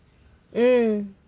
mm